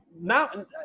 now